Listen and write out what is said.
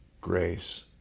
grace